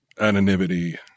anonymity